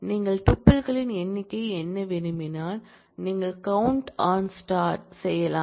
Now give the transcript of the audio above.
நீங்கள் டூப்பிள்களின் எண்ணிக்கையை எண்ண விரும்பினால் நீங்கள் கவுண்ட் ஆன் ஸ்டார்count on செய்யலாம்